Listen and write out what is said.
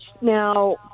now